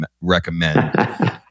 recommend